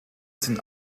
sind